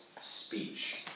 speech